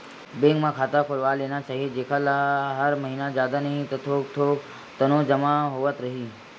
bank म खाता खोलवा लेना चाही जेखर ले हर महिना जादा नइ ता थोक थोक तउनो जमा होवत रइही